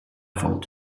fault